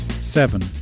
Seven